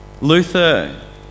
Luther